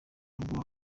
ubwo